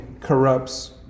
corrupts